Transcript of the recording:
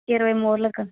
ఇరవై మూరలు కా